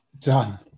done